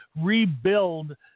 rebuild